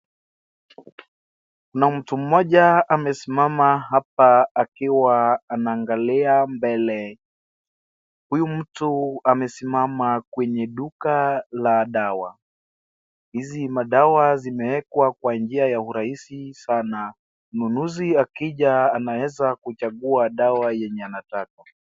Na mtu mmoja amesimama hapa akiwa anaangalia mbele huyu mtu amesimama kwenye duka la dawa hizi madawa zimeekwa Kwa njia ya urahisi sana mnunuzi akija anaeza kuchagua dawa yenye anataka